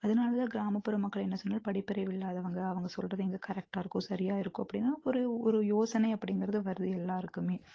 அதனாலே கிராமப்புற மக்கள் என்ன சொன்னாலும் படிப்பறிவு இல்லாதவங்க அவங்க சொல்வது எங்கே கரெக்டாக இருக்கும் சரியாக இருக்கும் அப்படினா ஒரு ஒரு யோசனை அப்படிங்கறது வருது எல்லாருக்குமே